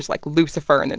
like, lucifer. and then